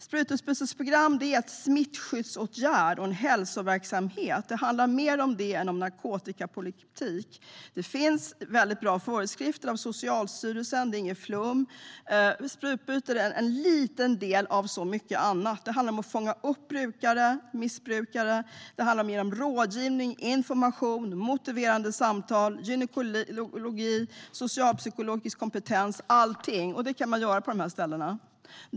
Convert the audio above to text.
Sprutbytesprogram är en smittskyddsåtgärd och en hälsoverksamhet. Det handlar mer om det än om narkotikapolitik. Det finns mycket bra föreskrifter från Socialstyrelsen, och det är inget flum. Sprutbyte är en liten del av så mycket annat. Det handlar om att fånga upp missbrukare och ge dem tillgång till rådgivning, information, motiverande samtal, gynekologi, socialpsykologisk kompetens med mera. Det kan man göra på dessa ställen.